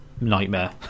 nightmare